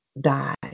die